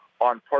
on